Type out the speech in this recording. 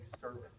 servant